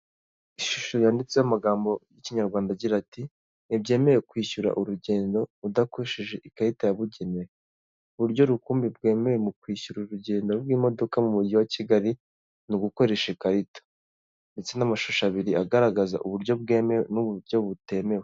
Ishusho yanditseho amagambo y'ikinyarwanda agira ati ntibyemewe kwishyura urugendo udakoresheje ikarita yabugenewe. Uburyo rukumbi bwemewe mu kwishyura urugendo rw'imodoka mu mujyi wa Kigali ni ugukoresha ikarita. Ndetse n'amashusho abiri agaragaza uburyo bwemewe n'uburyo butemewe.